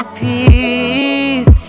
peace